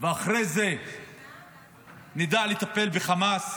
ואחרי זה נדע לטפל בחמאס